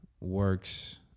works